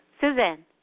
Suzanne